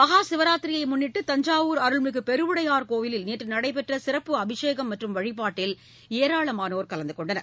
மகா சிவராத்திரியை முன்னிட்டு தஞ்சாவூர் அருள்மிகு பெருவுடையார் கோயில் நேற்று நடைபெற்ற சிறப்பு அபிஷேகம் மற்றும் வழிபாட்டில் ஏராளமானோர் கலந்து கொண்டனர்